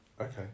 Okay